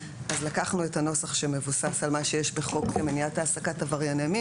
אז לקחנו את הנוסח שמבוסס על מה שיש בחוק מניעת העסקת עברייני מין.